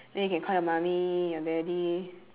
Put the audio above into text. then you can call your mummy your daddy